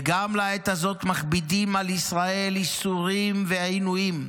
"וגם לעת הזאת מכבידים על ישראל ייסורים ועינויים,